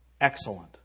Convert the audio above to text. excellent